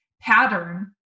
pattern